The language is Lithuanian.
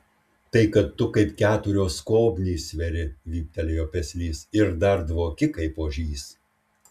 tai kad tu kaip keturios skobnys sveri vyptelėjo peslys ir dar dvoki kaip ožys